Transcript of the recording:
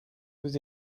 vous